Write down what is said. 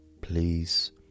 Please